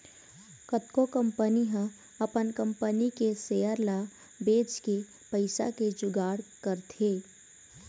कतको कंपनी ह अपन कंपनी के सेयर ल बेचके पइसा के जुगाड़ करथे